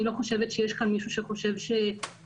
אני לא חושבת שיש כאן מישהו שחושב שיש